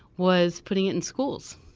was putting it in schools.